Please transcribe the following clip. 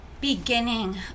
beginning